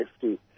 safety